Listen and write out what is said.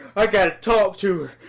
i gotta talk to her.